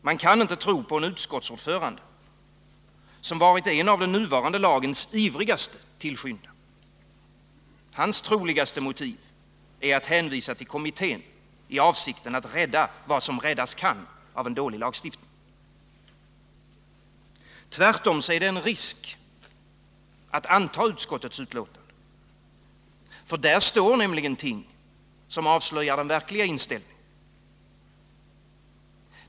Man kan inte tro på en utskottsordförande som varit en av den nuvarande lagens ivrigaste tillskyndare. Hans troligaste motiv är att hänvisa till kommittén i avsikt att rädda vad som räddas kan av en dålig lagstiftning. Tvärtom är det en risk att anta vad som sägs i utskottets betänkande, för där står ting som avslöjar den verkliga inställningen.